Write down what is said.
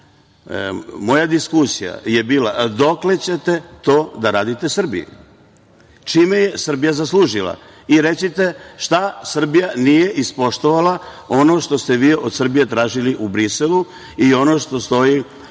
diskusija je bila - dokle ćete to da radite Srbiji? Čime je Srbija zaslužila? I recite - šta Srbija nije ispoštovala od onoga što ste vi od Srbije tražili u Briselu i ono što stoji